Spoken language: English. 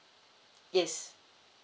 yes